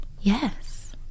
Yes